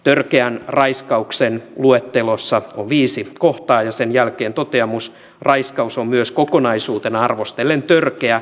törkeän raiskauksen luettelossa on viisi kohtaa ja sen jälkeen toteamus raiskaus on myös kokonaisuutena arvostellen törkeä